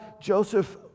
Joseph